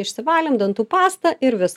išsivalėm dantų pastą ir vis